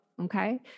okay